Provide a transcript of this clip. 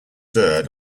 third